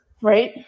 right